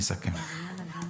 ואני אסכם.